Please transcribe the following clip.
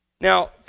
Now